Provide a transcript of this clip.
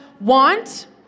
want